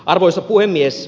arvoisa puhemies